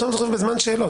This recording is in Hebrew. אנחנו עכשיו בזמן שאלות,